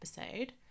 episode